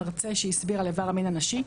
מרצה שהסביר על איבר המין הנשי.